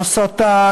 "הסתה",